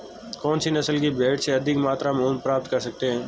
कौनसी नस्ल की भेड़ से अधिक मात्रा में ऊन प्राप्त कर सकते हैं?